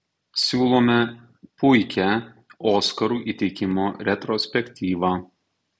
siūlome puikią oskarų įteikimo retrospektyvą